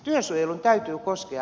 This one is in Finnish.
työsuojelun täytyy koskea